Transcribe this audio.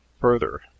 Further